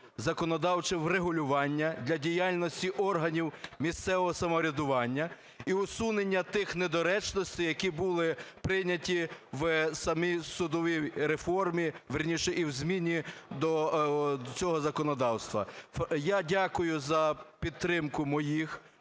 законодавче врегулювання для діяльності органів місцевого самоврядування і усунення тих недоречностей, які були прийняті в самій судовій реформі, вірніше, і в зміні до цього законодавства. Я дякую за підтримку моїх